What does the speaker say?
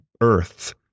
earth